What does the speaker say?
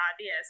ideas